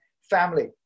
family